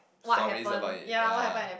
stories about it ya